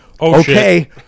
okay